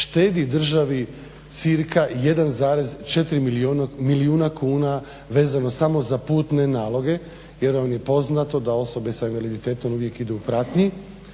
štedi državi cirka 1,4 milijuna kuna vezano samo za putne naloge jer vam je poznato da osobe s invaliditetom uvijek idu u pratnji.